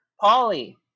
Polly